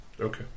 Okay